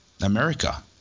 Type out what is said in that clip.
America